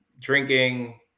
drinking